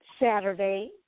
Saturday